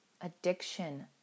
addiction